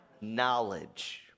knowledge